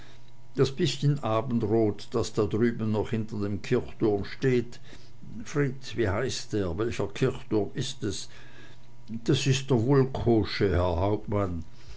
das bißchen abendrot das da drüben noch hinter dem kirchturm steht fritz wie heißt er welcher kirchturm ist es das ist der wulkowsche herr hauptmann